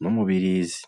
n'umubirizi.